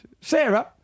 Sarah